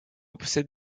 possède